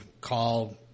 call